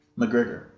McGregor